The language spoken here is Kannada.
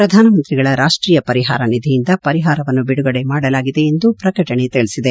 ಪ್ರಧಾನಮಂತ್ರಿಗಳ ರಾಷ್ಟೀಯ ಪರಿಹಾರ ನಿಧಿಯಿಂದ ಪರಿಹಾರವನ್ನು ಬಿಡುಗಡೆ ಮಾಡಲಾಗಿದೆ ಎಂದು ಪ್ರಕಟಣೆ ತಿಳಿಸಿದೆ